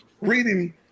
reading